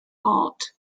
art